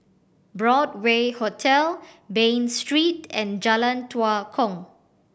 Broadway Hotel Bain Street and Jalan Tua Kong